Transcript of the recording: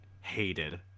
hated